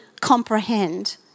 comprehend